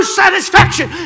satisfaction